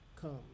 come